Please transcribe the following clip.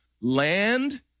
land